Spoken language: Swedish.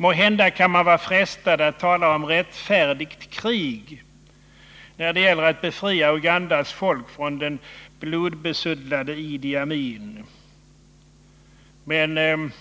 Måhända kan man vara frestad att tala om rättfärdigt krig när det gällt att befria Ugandas folk från den blodbesudlade Idi Amin. Men